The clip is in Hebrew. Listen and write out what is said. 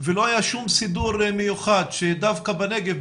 ולא היה שום סידור מיוחד שדווקא בנגב,